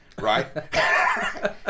right